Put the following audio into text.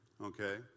okay